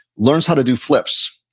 learns how to do flips.